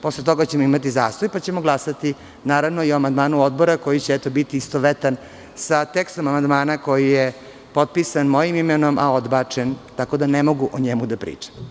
Posle toga ćemo zastoj, pa ćemo glasati, naravno, i o amandmanu odbora koji će biti istovetan sa tekstom amandmana koji je potpisan mojim imenom, a odbačen, tako da ne mogu o njemu da pričam.